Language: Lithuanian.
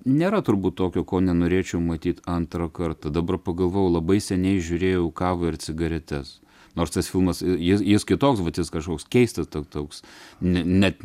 nėra turbūt tokio ko nenorėčiau matyt antrą kartą dabar pagalvojau labai seniai žiūrėjau kavą ir cigaretes nors tas filmas jis jis kitoks vat jis kažkoks keistas toks net